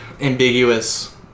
ambiguous